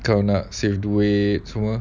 kalau nak save away semua